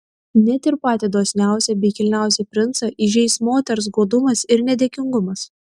net ir patį dosniausią bei kilniausią princą įžeis moters godumas ir nedėkingumas